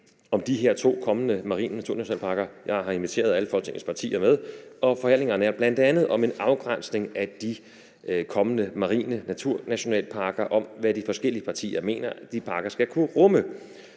om de to kommende marine naturnationalparker. Jeg har inviteret alle Folketingets partier med, og forhandlingerne er bl.a. om en afgrænsning af de kommende marine naturnationalparker, og hvad de forskellige partier mener at de parker skal kunne rumme.